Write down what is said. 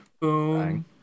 Boom